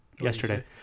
yesterday